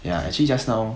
ya actually just now